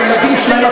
והילדים שלהם,